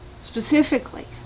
specifically